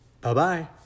Bye-bye